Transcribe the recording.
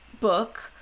book